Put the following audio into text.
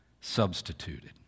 substituted